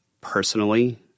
personally